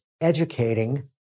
educating